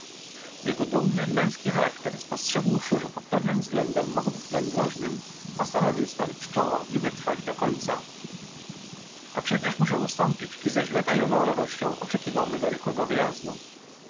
jego dumny męski charakter spostrzegłszy że pod pewnym względem mogę być dlań groźnym postanowił stawić czoło i wytrwać do końca a przecież musiał ustąpić i ze źle tajoną radością oczekiwał mego rychłego wyjazdu